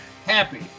Happy